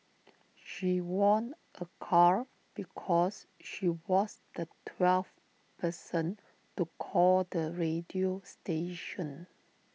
she won A car because she was the twelfth person to call the radio station